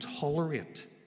tolerate